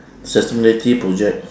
sustainability projects